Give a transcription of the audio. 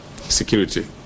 security